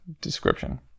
description